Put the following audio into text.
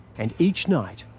and, each night,